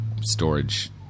storage